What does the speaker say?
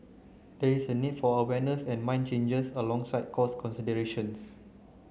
there is a need for awareness and mindset changes alongside cost considerations